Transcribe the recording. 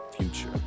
future